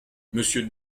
monsieur